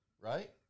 right